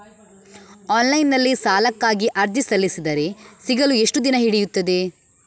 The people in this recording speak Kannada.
ಆನ್ಲೈನ್ ನಲ್ಲಿ ಸಾಲಕ್ಕಾಗಿ ಅರ್ಜಿ ಸಲ್ಲಿಸಿದರೆ ಸಿಗಲು ಎಷ್ಟು ದಿನ ಹಿಡಿಯುತ್ತದೆ?